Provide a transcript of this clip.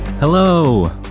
Hello